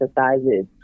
exercises